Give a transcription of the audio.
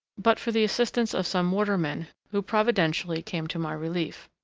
but for the assistance of some watermen who providentially came to my relief.